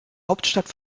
hauptstadt